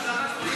אני